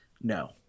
No